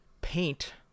paint